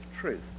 truth